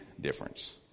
difference